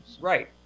Right